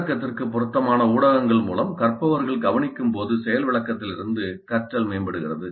உள்ளடக்கத்திற்கு பொருத்தமான ஊடகங்கள் மூலம் கற்பவர்கள் கவனிக்கும்போது செயல் விளக்கத்திலிருந்து கற்றல் மேம்படுகிறது